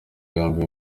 yombi